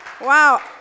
Wow